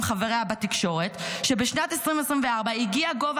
עם חבריה בתקשורת: בשנת 2024 הגיע גובה